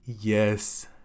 Yes